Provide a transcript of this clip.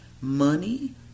money